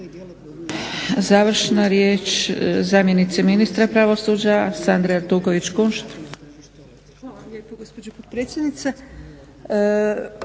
Završna riječ zamjenice ministra pravosuđa Sandre Artuković-Kunšt.